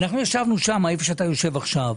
ישבנו שם איפה שאתה יושב עכשיו,